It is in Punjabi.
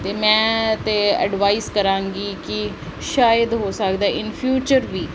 ਅਤੇ ਮੈਂ ਤਾਂ ਐਡਵਾਈਸ ਕਰਾਂਗੀ ਕਿ ਸ਼ਾਇਦ ਹੋ ਸਕਦਾ ਇਨ ਫਿਊਚਰ ਵੀ